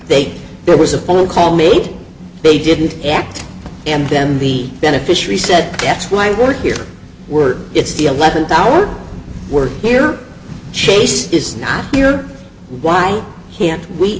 say there was a phone call made they didn't act and them the beneficiary said that's why we're here we're it's the eleventh hour we're here chase is not here why can't we